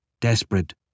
Desperate